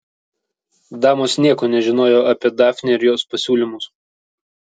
damos nieko nežinojo apie dafnę ir jos pasiūlymus